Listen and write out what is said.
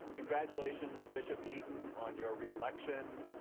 congratulations bishop eaton on your reelection.